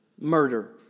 murder